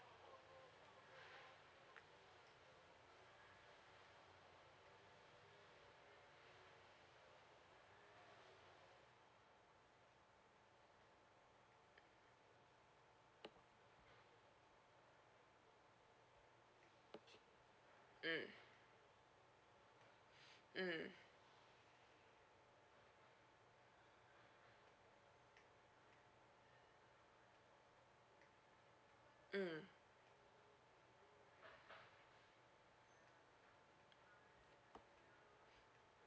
mm mm mm